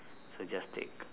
so just take